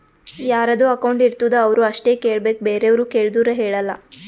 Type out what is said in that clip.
ಯಾರದು ಅಕೌಂಟ್ ಇರ್ತುದ್ ಅವ್ರು ಅಷ್ಟೇ ಕೇಳ್ಬೇಕ್ ಬೇರೆವ್ರು ಕೇಳ್ದೂರ್ ಹೇಳಲ್ಲ